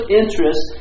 interest